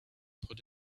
put